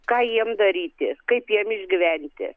ką jiem daryti kaip jiem išgyventi